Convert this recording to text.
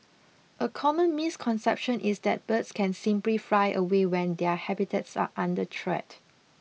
a common misconception is that birds can simply fly away when their habitats are under threat